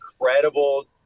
incredible